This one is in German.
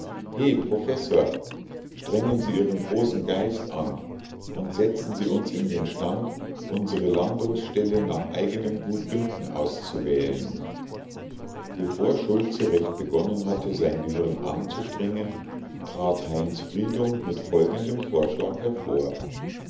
professor strengen sie ihren großen geist an und setzen sie uns in den stand unsere landungsstelle nach eigenem gutdünken auszuwählen bevor schultze recht begonnen hatte sein gehirn anzustrengen trat heinz friedung mit folgendem vorschlag hervor